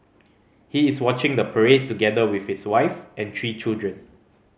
he is watching the parade together with his wife and three children